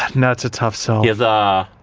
and that's a tough sell. he has a